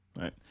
right